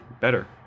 better